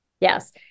Yes